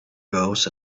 goes